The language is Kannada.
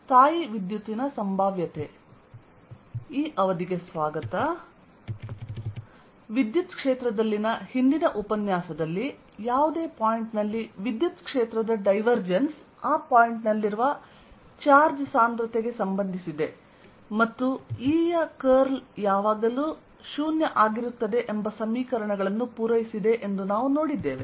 ಸ್ಥಾಯೀ ವಿದ್ಯುತ್ತಿನ ಸಂಭಾವ್ಯತೆ ವಿದ್ಯುತ್ ಕ್ಷೇತ್ರದಲ್ಲಿನ ಹಿಂದಿನ ಉಪನ್ಯಾಸದಲ್ಲಿ ಯಾವುದೇ ಪಾಯಿಂಟ್ ನಲ್ಲಿ ವಿದ್ಯುತ್ ಕ್ಷೇತ್ರದ ಡೈವರ್ಜೆನ್ಸ್ ಆ ಪಾಯಿಂಟ್ನಲ್ಲಿರುವ ಚಾರ್ಜ್ ಸಾಂದ್ರತೆಗೆ ಸಂಬಂಧಿಸಿದೆ ಮತ್ತು E ಯ ಕರ್ಲ್ ಯಾವಾಗಲೂ 0 ಆಗಿರುತ್ತದೆ ಎಂಬ ಸಮೀಕರಣಗಳನ್ನು ಪೂರೈಸಿದೆ ಎಂದು ನಾವು ನೋಡಿದ್ದೇವೆ